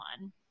one